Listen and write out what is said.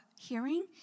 Hearing